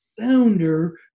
founder